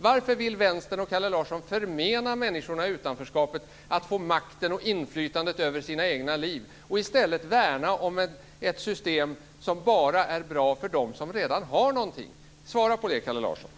Varför vill Vänstern och Kalle Larsson förmena människor som står utanför att få makt och inflytande över sina egna liv och i stället värna om ett system som bara är bra för dem som har någonting? Svara på det, Kalle Larsson!